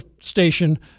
station